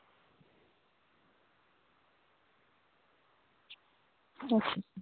अच्छा अच्छा